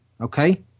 Okay